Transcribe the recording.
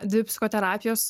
dvi psichoterapijos